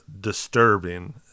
disturbing